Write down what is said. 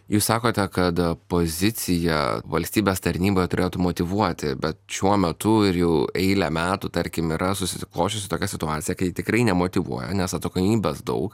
jūs sakote kad pozicija valstybės tarnybą turėtų motyvuoti bet šiuo metu ir jau eilę metų tarkim yra susiklosčiusi tokia situacija kai tikrai nemotyvuoja nes atsakomybės daug